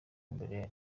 mbere